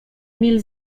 mil